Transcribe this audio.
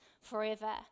forever